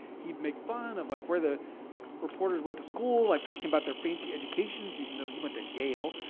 he'd make fun of like where the reporters went to school, like talking about their fancy educations even though he went to yale.